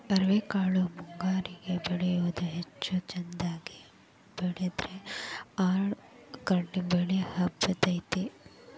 ಅವ್ರಿಕಾಳು ಮುಂಗಾರಿಗೆ ಬೆಳಿಯುವುದ ಹೆಚ್ಚು ಚಂದಗೆ ಬೆಳದ್ರ ಎರ್ಡ್ ಅಕ್ಡಿ ಬಳ್ಳಿ ಹಬ್ಬತೈತಿ